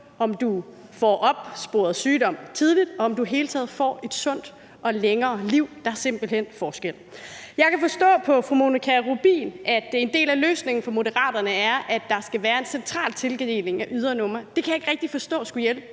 om du får opsporet sygdom tidligt, og om du i det hele taget får et sundt og længere liv. Der er simpelt hen forskel. Jeg kan forstå på fru Monika Rubin, at en del af løsningen for Moderaterne er, at der skal være en central tildeling af ydernumre. Det kan jeg ikke rigtig forstå skulle hjælpe